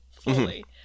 fully